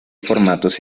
formatos